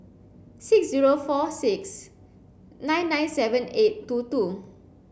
six zero four six nine nine seven eight two two